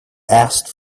asked